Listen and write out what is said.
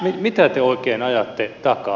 mitä te oikein ajatte takaa